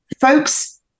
folks